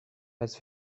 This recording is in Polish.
bez